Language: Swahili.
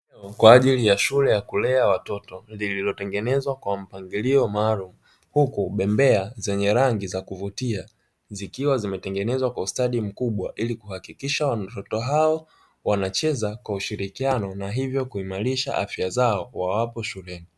Kwa ajili ya shule ya kulea watoto, lililotengenezwa kwa mpangilio maalumu huku bembea zenye rangi za kuvutia zikiwa zimetengenezwa kwa ustadi mkubwa ili kuhakikisha watoto hao wanacheza kwa ushirikiano na hivyo kuimarisha afya zao wawapo shuleni.